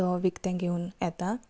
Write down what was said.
तो विकते घेवन येता